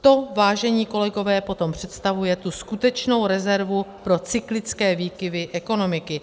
To, vážení kolegové, potom představuje tu skutečnou rezervu pro cyklické výkyvy ekonomiky.